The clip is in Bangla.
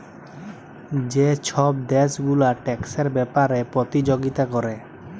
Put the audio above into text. যে ছব দ্যাশ গুলা ট্যাক্সের ব্যাপারে পতিযগিতা ক্যরে